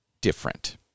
different